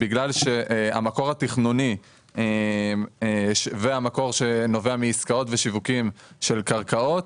בגלל שהמקור התכנוני והמקור שנובע מעסקאות ומשיווקים של קרקעות,